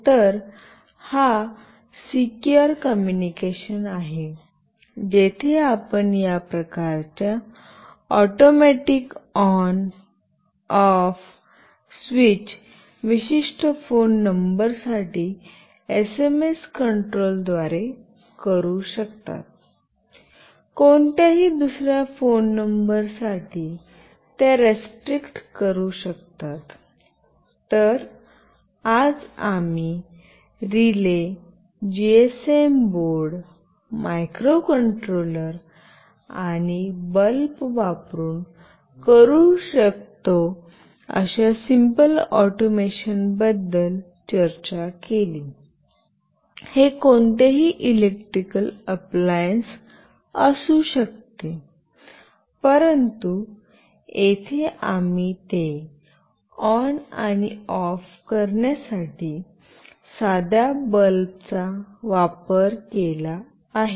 तर हा secure communication आहे जेथे आपण या प्रकारच्या ऑटोमॅटिक ऑन ऑफ स्विच विशिष्ट फोन नंबर साठी एसएमएस कंट्रोलद्वारे करू शकता कोणत्याही दुसऱ्या फोन नंबर साठी ते रेस्ट्रिक्ट करू शकता तर आज आम्ही रिले जीएसएम बोर्ड मायक्रोकंट्रोलर आणि एक बल्ब वापरुन करू शकतो अश्या सिम्पल ऑटोमेशनबद्दल चर्चा केली हे कोणतेही इलेक्ट्रिकल अप्लायन्स असू शकते परंतु येथे आम्ही ते ऑन आणि ऑफ करण्यासाठी साध्या बल्बचा वापर केला आहे